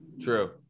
true